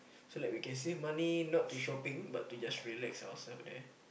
so like we can save money not to shopping but to just relax ourselves there